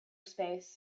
space